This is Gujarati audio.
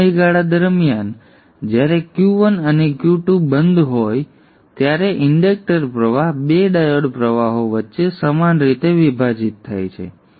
આ સમયગાળા દરમિયાન જ્યારે Q1 અને Q2 બંધ હોય ત્યારે ઇન્ડક્ટર પ્રવાહ 2 ડાયોડ પ્રવાહો વચ્ચે સમાન રીતે વિભાજિત થાય છે